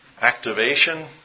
Activation